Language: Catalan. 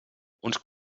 uns